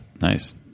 Nice